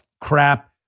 crap